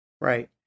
Right